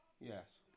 Yes